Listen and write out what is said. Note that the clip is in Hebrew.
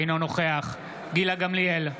אינו נוכח גילה גמליאל,